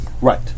Right